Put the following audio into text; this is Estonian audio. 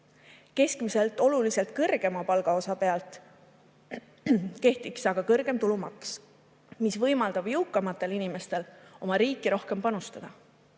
Keskmiselt oluliselt kõrgema palgaosa pealt kehtiks aga kõrgem tulumaks, mis võimaldaks jõukamatel inimestel oma riiki rohkem panustada.